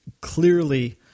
clearly